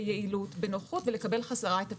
ביעילות, בנוחות ולקבל חזרה את הפיקדון.